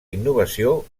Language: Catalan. innovació